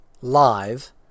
live